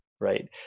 Right